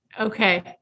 Okay